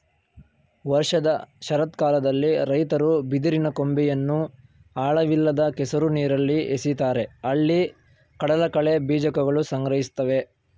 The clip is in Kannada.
ವರ್ಷದ ಶರತ್ಕಾಲದಲ್ಲಿ ರೈತರು ಬಿದಿರಿನ ಕೊಂಬೆಯನ್ನು ಆಳವಿಲ್ಲದ ಕೆಸರು ನೀರಲ್ಲಿ ಎಸಿತಾರೆ ಅಲ್ಲಿ ಕಡಲಕಳೆ ಬೀಜಕಗಳು ಸಂಗ್ರಹಿಸ್ತವೆ